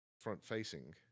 front-facing